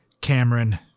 Cameron